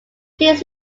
please